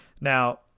Now